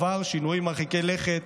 הוא עבר שינויים מרחיקי לכת,